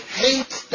hates